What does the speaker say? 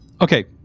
Okay